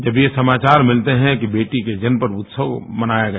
जब ये समाचार मिलते है कि बेटी के जन्म पर उत्सव मनाया गया